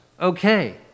okay